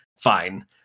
Fine